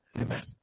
Amen